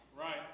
Right